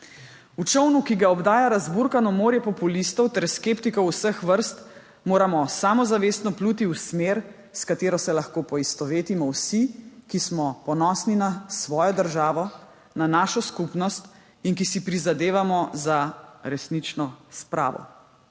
V čolnu, ki ga obdaja razburkano morje populistov ter skeptikov vseh vrst, moramo samozavestno pluti v smer, s katero se lahko poistovetimo vsi, ki smo ponosni na svojo državo, na našo skupnost in ki si prizadevamo za resnično spravo.